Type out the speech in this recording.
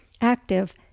active